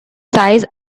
size